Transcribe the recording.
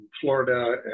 Florida